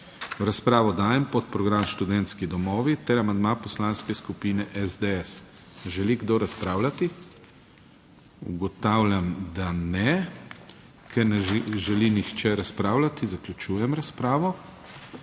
razpravo dajem podprogram Študentski domovi ter amandma Poslanske skupine SDS. Želi kdo razpravljati? (Ne.) Ugotavljam, da ne. Ker ne želi nihče razpravljati zaključujem razpravo.